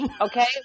okay